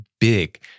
big